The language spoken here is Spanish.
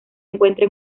encuentra